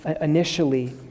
initially